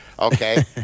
Okay